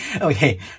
Okay